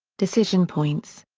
decision points.